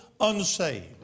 unsaved